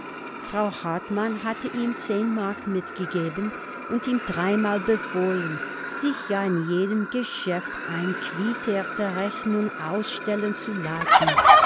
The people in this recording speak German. frau hartmann hatte ihm zehn mark mitgegeben und ihm dreimal befohlen sich ja in jedem geschäft eine quittierte rechnung ausstellen zu lassen